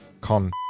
con